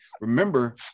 Remember